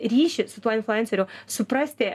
ryšį su tuo influenceriu suprasti